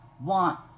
want